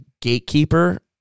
gatekeeper